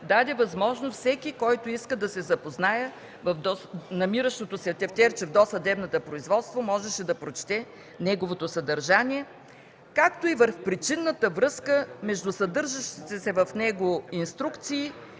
даде възможност всеки, който иска, да се запознае – в намиращото се тефтерче в досъдебното производство можеше да прочете неговото съдържание, както и в причинната връзка между съдържащите се в него инструкции